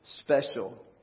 special